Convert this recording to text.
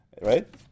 Right